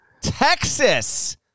Texas